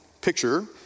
picture